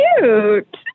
cute